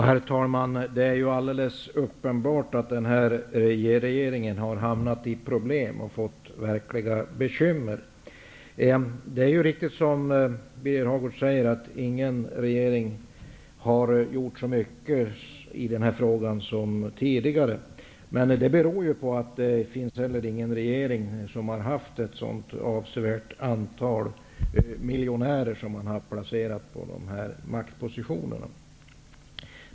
Herr talman! Det är alldeles uppenbart att den här regeringen har hamnat i problem och fått verkliga bekymmer. Det är riktigt som Birger Hagård säger, att ingen tidigare regering har gjort så mycket i denna fråga. Det beror på att det inte heller funnits någon regering som har haft ett så avsevärt antal miljonärer placerade på dessa maktpositioner.